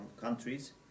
countries